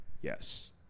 yes